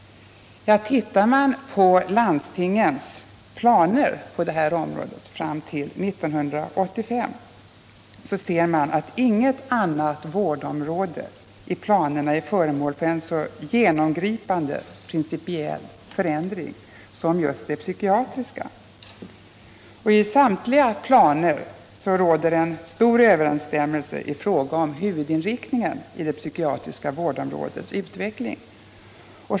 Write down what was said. Ser man på landstingens planer när det gäller den psykiatriska vården fram till 1985 finner man att inget annat vårdområde i planerna är föremål för en så genomgripande principiell förändring som just det psykiatriska. I samtliga planer råder en stor enighet i fråga om huvudinriktningen i det psykiatriska vårdområdets utveckling.